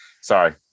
Sorry